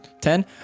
Ten